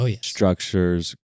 structures